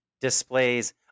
displays